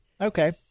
Okay